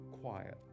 quiet